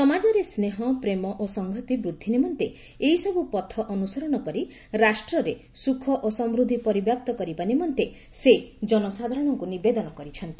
ସମାଜରେ ସ୍ନେହ ପ୍ରେମ ଓ ସଂହତି ବୃଦ୍ଧି ନିମନ୍ତେ ଏହିସବୁ ପଥ ଅନୁସରଣ କରି ରାଷ୍ଟ୍ରରେ ସୁଖ ଓ ସମୃଦ୍ଧି ପରିବ୍ୟାପ୍ତ କରିବା ନିମନ୍ତେ ସେ ଜନସାଧାରଣଙ୍କୁ ନିବେଦନ କରିଛନ୍ତି